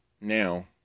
now